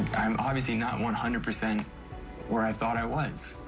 i'm obviously not one hundred percent where i thought i was.